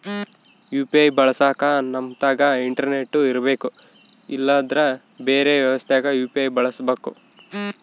UPI ಬಳಸಕ ನಮ್ತಕ internet ಇರರ್ಬೆಕು ಇಲ್ಲಂದ್ರ ಬೆರೆ ವ್ಯವಸ್ಥೆಗ ಯು.ಪಿ.ಐ ಬಳಸಬಕು